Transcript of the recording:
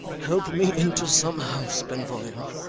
help me into some house, benvolio,